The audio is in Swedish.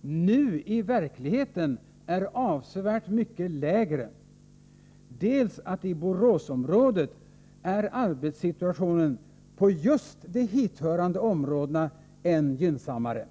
nu i verkligheten är avsevärt mycket lägre, dels att i Boråsområdet arbetssituationen på just de hithörande områdena är än gynnsammare.